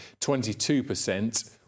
22%